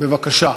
בבקשה.